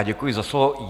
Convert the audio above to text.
Děkuji za slovo.